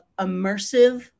immersive